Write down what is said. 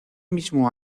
mismo